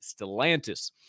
Stellantis